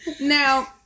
Now